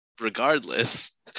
regardless